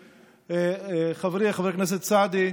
ואחריו, חברת הכנסת סונדוס סאלח.